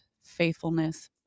faithfulness